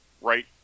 right